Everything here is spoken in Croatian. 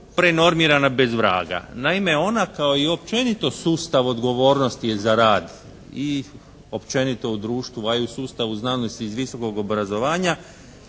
prenormirana bez vraga. Naime, ona kao i općenito sustav odgovornosti za rad i općenito u društvu a i u sustavu znanosti i visokog obrazovanja